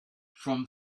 from